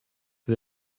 for